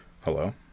Hello